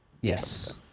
Yes